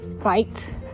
fight